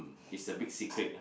it's a big secret ah